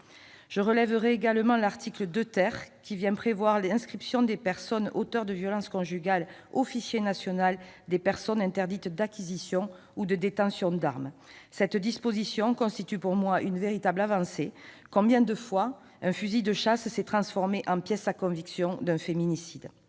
Je veux citer l'article 2 , qui prévoit l'inscription des personnes auteurs de violences conjugales au Fichier national des personnes interdites d'acquisition et de détention d'armes. Cette disposition constitue, selon moi, une véritable avancée ; combien de fois un fusil de chasse s'est-il transformé en une pièce à conviction lors d'un féminicide ?